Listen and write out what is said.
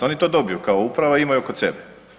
Oni to dobiju kao uprava i imaju kod sebe.